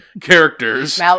characters